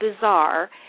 bizarre